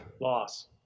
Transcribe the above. Loss